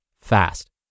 fast